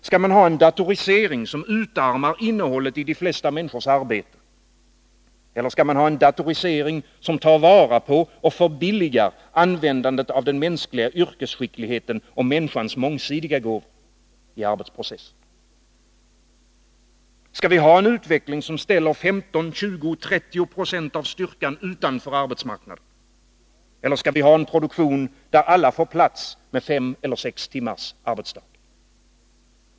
Skall man ha en datorisering, som utarmar innehållet i de flesta människors arbeten eller skall man ha en datorisering som tar vara på och förbilligar användandet av den mänskliga yrkesskickligheten och människans mångsidiga gåvor i arbetsprocessen? Skall vi ha en utveckling som ställer 15, 20, 30 90 av styrkan utanför arbetsmarknaden? Eller skall vi ha en produktion där alla får plats med fem eller sex timmars arbetsdag?